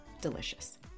delicious